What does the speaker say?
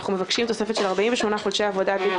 אנחנו מבקשים תוספת של 48 חודשי עבודה בלתי